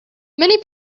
many